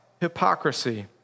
hypocrisy